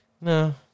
no